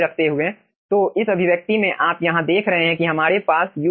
तो इस अभिव्यक्ति में आप यहाँ देख रहे हैं कि हमारे पास ul हैं